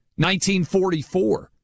1944